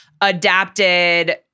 adapted